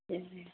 जी